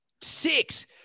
six